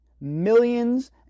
Millions